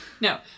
No